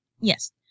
Yes